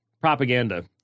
propaganda